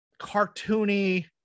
cartoony